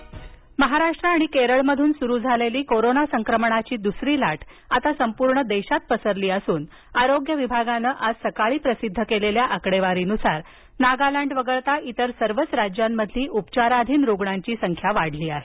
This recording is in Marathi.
कोविड राष्ट्रीय महाराष्ट्र आणि केरळमधून सुरू झालेली कोरोना संक्रमणाची दुसरी लाट आता संपूर्ण देशात पसरली असून आरोग्य विभागानं आज सकाळी प्रसिद्ध केलेल्या आकडेवारीनुसार नागालँड वगळता इतर सर्वच राज्यांमधली उपचाराधीन रुग्णांची संख्या वाढली आहे